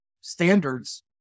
standards